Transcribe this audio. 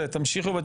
אתה לא עונה.